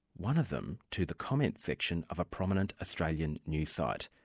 one of them to the comments section of a prominent australian news site.